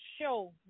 show